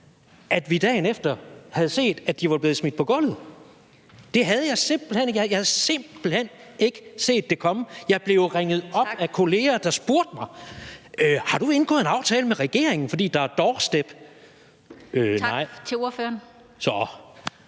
at vi dagen efter havde set, at de var blevet smidt på gulvet – det havde jeg simpelt hen ikke. Jeg havde simpelt hen ikke set det komme. Jeg blev ringet op af kolleger, der spurgte mig: Har du indgået en aftale med regeringen, for der er doorstep? Nej, vi var klar til